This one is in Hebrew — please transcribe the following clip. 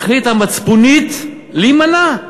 החליטה מצפונית להימנע.